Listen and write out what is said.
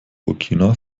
burkina